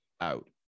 out